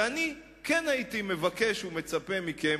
ואני כן הייתי מבקש ומצפה מכם,